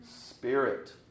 spirit